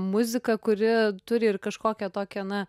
muzika kuri turi ir kažkokią tokią na